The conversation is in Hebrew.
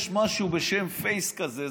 יש משהו בשם "פייס" כזה,